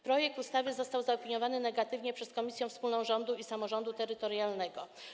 Projekt ustawy został zaopiniowany negatywnie przez Komisję Wspólną Rządu i Samorządu Terytorialnego.